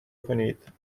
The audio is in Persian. کنید